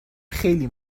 خیلی